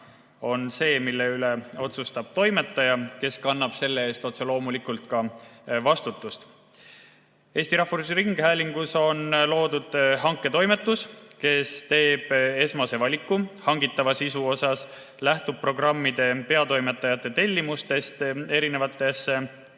on see, mille üle otsustab toimetaja, kes kannab selle eest otse loomulikult ka vastutust. Eesti Rahvusringhäälingus on loodud hanketoimetus, kes teeb esmase valiku hangitavast sisust, lähtub programmide peatoimetajate tellimustest